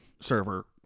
server